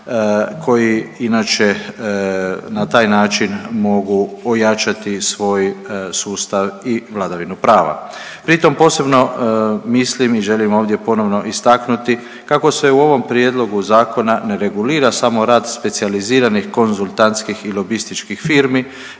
koji inače na taj način mogu ojačati svoj sustav i vladavinu prava. Pri tom posebno mislim i želim ovdje ponovno istaknuti kako se u ovom prijedlogu zakona ne regulira samo rad specijaliziranih konzultantskih i lobističkih firmi,